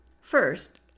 First